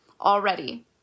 already